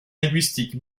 linguistique